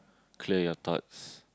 clear your thoughts